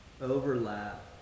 overlap